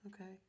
okay